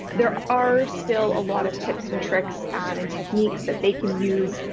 there are still a lot of tips and tricks and and techniques that they can use,